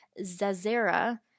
Zazera